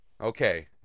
Okay